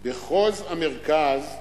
מחוז המרכז,